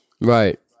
Right